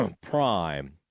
prime